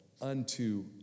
Unto